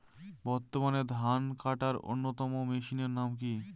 বর্তমানে ধান কাটার অন্যতম মেশিনের নাম কি?